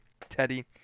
Teddy